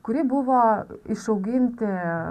kuri buvo išauginti